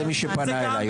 זה מי שפנה אליי,